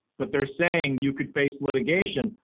but they're saying you could face litigation.